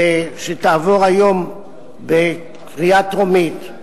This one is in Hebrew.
שתעבור היום בקריאה טרומית,